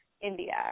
India